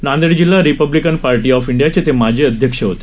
नांदेड जिल्हा Republican Party of डियाचे ते माजी अध्यक्ष होते